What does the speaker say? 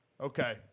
Okay